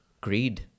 Greed